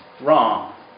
wrong